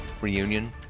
Reunion